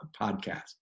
podcast